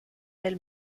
del